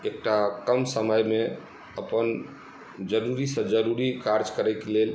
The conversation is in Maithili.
एकटा कम समयमे अपन जरूरीसँ जरूरी कार्ज करैके लेल